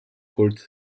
col